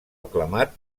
aclamat